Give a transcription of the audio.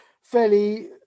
fairly